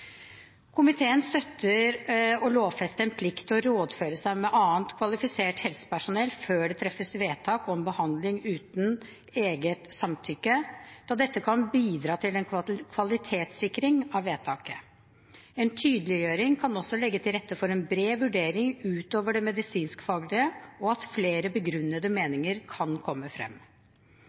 Komiteen støtter å lovfeste en plikt til å rådføre seg med annet kvalifisert helsepersonell før det treffes vedtak om behandling uten eget samtykke, da dette kan bidra til en kvalitetssikring av vedtaket. En tydeliggjøring kan også legge til rette for en bred vurdering utover det medisinskfaglige, og at flere begrunnede meninger kan komme frem.